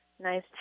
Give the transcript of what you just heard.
nice